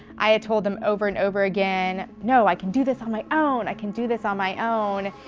i had told them over and over again, no, i can do this on my own. i can do this on my own.